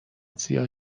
زیاد